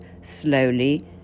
slowly